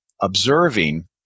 observing